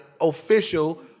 official